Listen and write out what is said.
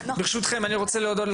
ברשותכם, אני רוצה להודות.